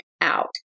out